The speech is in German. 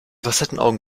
facettenaugen